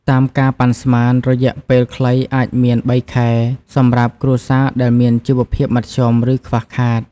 តាមការប៉ានស្មាន រយៈពេលខ្លីអាចមាន ៣ ខែ សម្រាប់គ្រួសារដែលមានជីវភាពមធ្យម ឬខ្វះខាត។